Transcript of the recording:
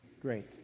great